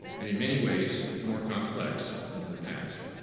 and in many ways more complex, than in the past.